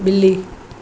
बि॒ली